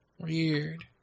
Weird